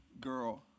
girl